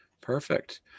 perfect